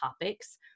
topics